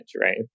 right